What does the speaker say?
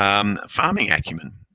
um farming acumen,